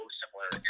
similar